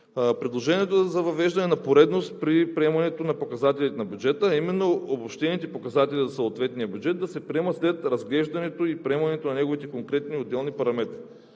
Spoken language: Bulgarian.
Предложението за въвеждане на поредност при приемането на показателите на бюджета, а именно обобщените показатели за съответния бюджет да се приемат след разглеждането и приемането на неговите конкретни отделни параметри.